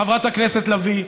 חברת הכנסת לביא,